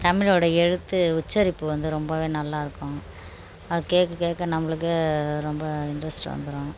தமிழோட எழுத்து உச்சரிப்பு வந்து ரொம்பவே நல்லாருக்கும் அது கேட்க கேட்க நம்ளுக்கே ரொம்ப இன்ட்ரஸ்ட் வந்துரும்